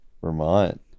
Vermont